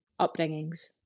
upbringings